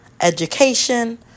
Education